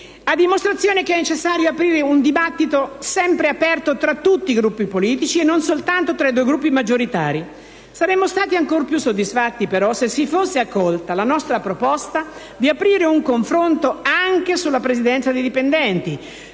a dimostrazione che è necessario tenere il dibattito sempre aperto tra tutti i Gruppi politici e non soltanto tra i due Gruppi maggioritari. Saremmo stati ancor più soddisfatti, però, se si fosse accolta la nostra proposta di aprire un confronto anche sulla previdenza dei dipendenti,